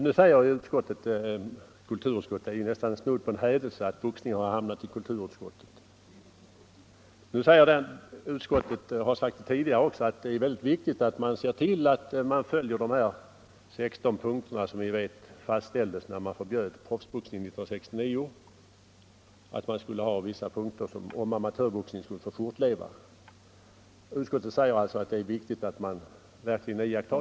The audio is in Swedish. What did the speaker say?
Nu säger kulturutskottet — det är ju nästan snudd på hädelse att boxning har hamnat i kulturutskottet — liksom utskottet har sagt tidigare, att det är mycket viktigt att man följer de 16 punkter som fastställdes när proffsboxningen förbjöds 1969. Dessa punkter var en förutsättning för att amatörboxningen skulle få fortleva.